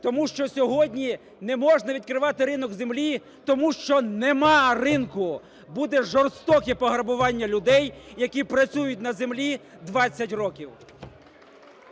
Тому що сьогодні не можна відкривати ринок землі, тому що нема ринку, буде жорстоке пограбування людей, які працюють на землі 20 років.